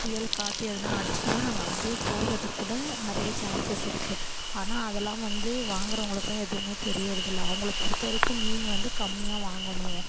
புயல்காற்று எதுன்னால் அடிச்சுதுன்னா நாங்கள் அப்படியே போகிறதுக்கூட நிறைய சான்சஸ் இருக்குது ஆனால் அதெல்லாம் வந்து வாங்கிறவங்களுக்குலாம் எதுவுமே தெரிகிறதில்ல அவங்கள பொறுத்த வரைக்கும் மீன் வந்து கம்மியாக வாங்கணும்